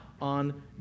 on